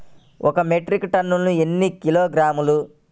ఒక మెట్రిక్ టన్నుకు ఎన్ని కిలోగ్రాములు?